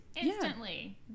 instantly